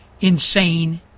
insane